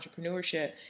entrepreneurship